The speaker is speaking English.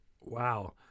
Wow